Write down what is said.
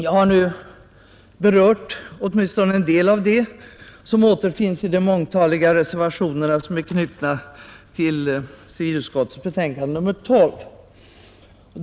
Jag har nu berört åtminstone en del av det som återfinns i de mångtaliga reservationer som är knutna till civilutskottets betänkande nr 12.